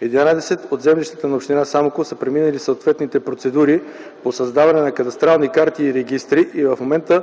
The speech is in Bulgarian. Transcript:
Единадесет от землищата на община Самоков са преминали съответните процедури по създаването на кадастрални карти и регистри. В момента